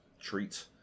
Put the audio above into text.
Treat